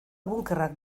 bunkerrak